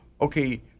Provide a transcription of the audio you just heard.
okay